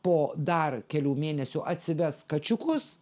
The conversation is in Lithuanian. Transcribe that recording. po dar kelių mėnesių atsives kačiukus